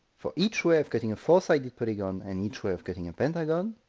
for each way of cutting a four-sided polygon and each way of cutting a pentagon,